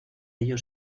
ello